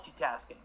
multitasking